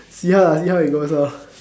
see how lah see how it goes lor